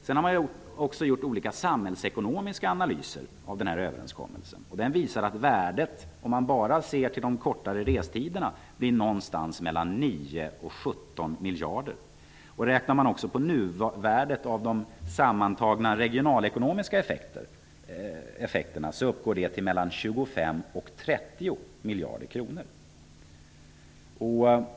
Man har också gjort olika samhällsekonomiska analyser av Dennisöverenskommelsen. De visar att värdet, om man bara ser till de kortare restiderna, blir ungefär 9--17 miljarder kronor. Om man dessutom räknar på nuvärdet av de sammantagna regionalekonomiska effekterna, finner man att de uppgår till mellan 25 och 30 miljarder kronor.